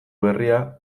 berria